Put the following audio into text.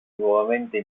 nuovamente